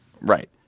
Right